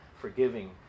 forgiving